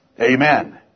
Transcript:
Amen